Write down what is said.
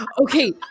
Okay